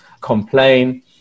complain